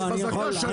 אז חזקה שהנתון נכון.